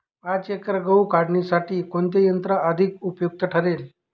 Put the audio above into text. पाच एकर गहू काढणीसाठी कोणते यंत्र अधिक उपयुक्त ठरेल?